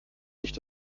nicht